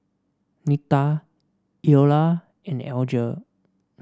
Nita Iola and Alger